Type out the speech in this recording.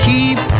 Keep